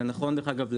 זה נכון דרך אגב,